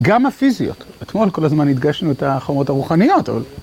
גם הפיזיות. אתמול כל הזמן הדגשנו את החומות הרוחניות.